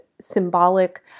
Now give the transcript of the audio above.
symbolic